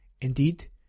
Indeed